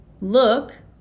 look